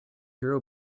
hero